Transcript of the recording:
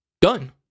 Done